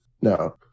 No